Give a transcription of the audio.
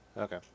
Okay